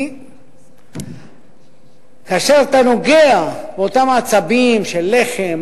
כי כאשר אתה נוגע באותם עצבים של לחם,